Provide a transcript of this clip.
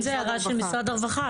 אם זו שאלה של משרד הרווחה.